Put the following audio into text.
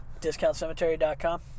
DiscountCemetery.com